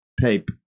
tape